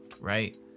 right